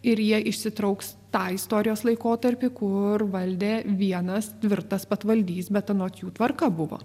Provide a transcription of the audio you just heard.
ir jie išsitrauks tą istorijos laikotarpį kur valdė vienas tvirtas patvaldys bet anot jų tvarka buvo